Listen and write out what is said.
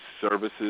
services